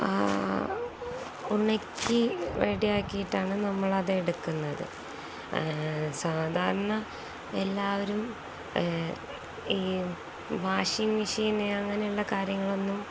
ആ ഉണക്കി റെഡിയാക്കിയിട്ടാണ് നമ്മളതെടുക്കുന്നത് അ സാധാരണ എല്ലാവരും ഈ വാഷിംഗ് മെഷീന് അങ്ങനെയുള്ള കാര്യങ്ങളൊന്നും